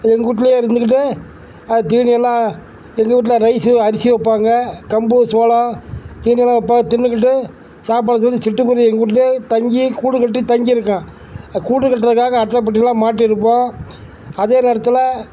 எங்கூட்லையே இருந்துக்கிட்டே அது தீனி எல்லாம் எங்கள் வீட்டில் ரைஸு அரிசி வைப்பாங்க கம்பு சோளம் தீனி எல்லாம் வைப்போம் தின்றுக்கிட்டு சாப்பாடு தேடி சிட்டுக்குருவி எங்கூட்லையே தங்கி கூடு கட்டி தங்கியிருக்கும் அது கூடு கட்டுறக்காக அட்டை பெட்டி எல்லாம் மாட்டியிருப்போம் அதே நேரத்தில்